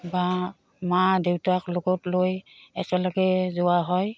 বা মা দেউতাক লগত লৈ একেলগে যোৱা হয়